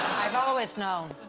i've always known.